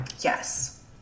Yes